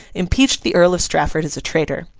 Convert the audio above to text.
impeached the earl of strafford as a traitor.